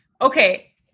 Okay